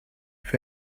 für